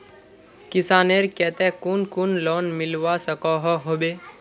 किसानेर केते कुन कुन लोन मिलवा सकोहो होबे?